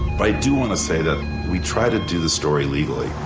i do want to say the we try to do the story legally.